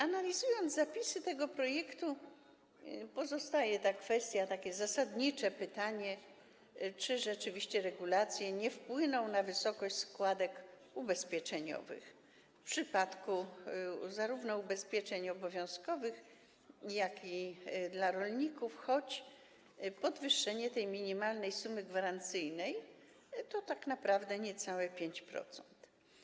Po analizie zapisów tego projektu pozostaje otwarta taka kwestia, takie zasadnicze pytanie, czy rzeczywiście te regulacje nie wpłyną na wysokość składek ubezpieczeniowych w wypadku zarówno ubezpieczeń obowiązkowych, jak i ubezpieczeń dla rolników, choć podwyższenie tej minimalnej sumy gwarancyjnej to tak naprawdę niecałe 5%.